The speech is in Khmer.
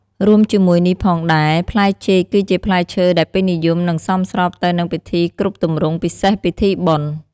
រួមជាមួយនេះផងដែរផ្លែចេក គឺជាផ្លែឈើដែលពេញនិយមនិងសមស្របទៅនឹងពិធីគ្រប់ទម្រង់ពិសេសពិធីបុណ្យ។